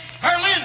Berlin